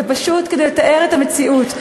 זה פשוט כדי לתאר את המציאות.